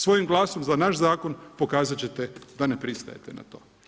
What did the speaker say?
Svojim glasom za naš zakon pokazat ćete da ne pristajete na to.